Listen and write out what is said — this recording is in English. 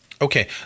Okay